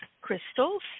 crystals